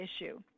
issue